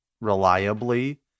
reliably